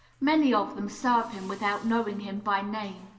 many of them serve him without knowing him by name.